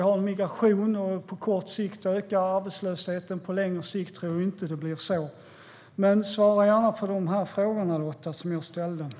Vi har en migration, och på kort sikt ökar arbetslösheten, men på längre sikt tror vi inte att det blir så. Svara gärna på de frågor som jag ställde, Lotta!